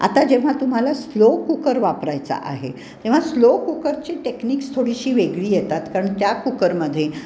आता जेव्हा तुम्हाला स्लो कुकर वापरायचा आहे तेव्हा स्लो कुकरची टेक्निक्स थोडीशी वेगळी येतात कारण त्या कुकरमध्ये